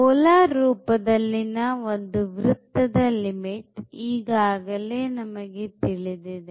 polar ರೂಪದಲ್ಲಿನ ಒಂದು ವೃತ್ತದ ಲಿಮಿಟ್ ಈಗಾಗಲೇ ನಮಗೆ ತಿಳಿದಿದೆ